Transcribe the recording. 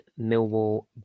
Millwall